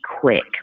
quick